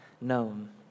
known